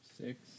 six